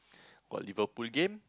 got Liverpool game